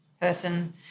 Person